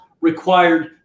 required